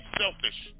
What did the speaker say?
selfish